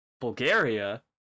Bulgaria